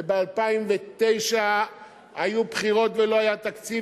שב-2009 היו בחירות ולא היה תקציב,